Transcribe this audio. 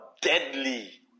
deadly